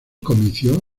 comicios